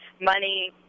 money